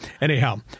anyhow